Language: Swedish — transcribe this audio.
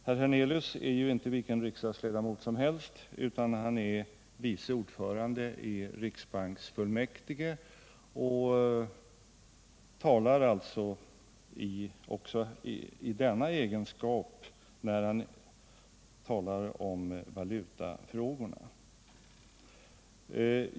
Herr Hernelius är ju inte vilken riksdagsledamot som helst, utan han är vice ordförande i riksbanksfullmäktige, och han talar alltså även i denna egenskap när han talar om valutafrågorna.